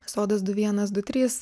sodas du vienas du trys